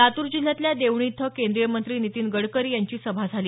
लातूर जिल्ह्यातल्या देवणी इथं केंद्रीय मंत्री नितीन गडकरी यांची सभा झाली